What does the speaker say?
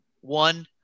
One